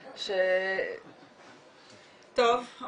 טוב.